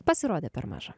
pasirodė per maža